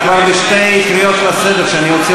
את כבר בשתי קריאות לסדר.